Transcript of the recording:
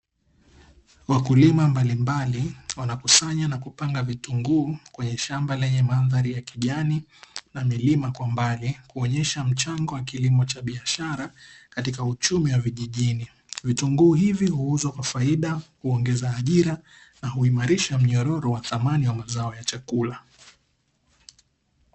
Wakulima mbalimbali wanakusanya na kupanga vitunguu kwenye shamba lenye mandhari ya kijani na milima kwa mbali kuonyesha mchango wa kilimo cha biashara katika uchumi wa vijijini, vitunguu huuzwa kwa faida, huongeza ajira na huimarisha mnyororo wa thamani wa mazao ya chakula.